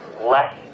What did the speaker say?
less